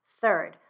Third